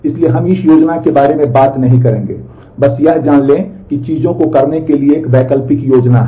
इसलिए हम इस योजना के बारे में बात नहीं करेंगे बस यह जान लें कि चीजों को करने के लिए एक वैकल्पिक योजना है